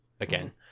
again